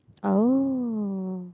oh